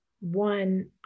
one